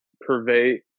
pervade